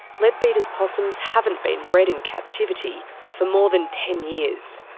leadbeater's possums haven't been bred in captivity for more than ten years.